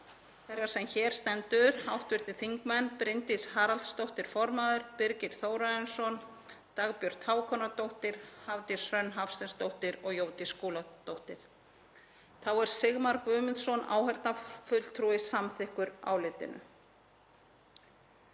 þeirrar sem hér stendur, hv. þingmenn Bryndís Haraldsdóttir, formaður, Birgir Þórarinsson, Dagbjört Hákonardóttir, Hafdís Hrönn Hafsteinsdóttir og Jódís Skúladóttir. Þá er Sigmar Guðmundsson áheyrnarfulltrúi samþykkur álitinu.